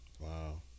Wow